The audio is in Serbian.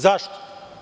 Zašto?